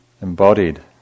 embodied